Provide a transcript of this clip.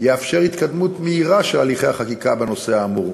יאפשר התקדמות מהירה של הליכי החקיקה בנושא האמור.